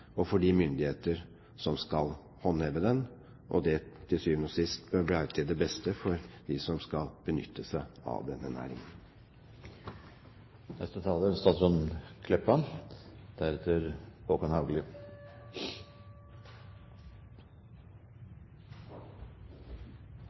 og for de myndigheter som skal håndheve den, og at det til syvende og sist er til det beste for dem som skal benytte seg av denne